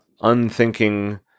unthinking